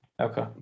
okay